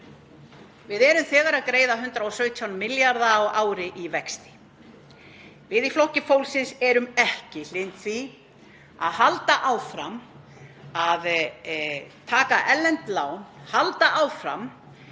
Við erum þegar að greiða 117 milljarða á ári í vexti. Við í Flokki fólksins erum ekki hlynnt því að halda áfram að taka erlend lán, halda áfram